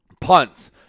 Punts